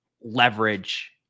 leverage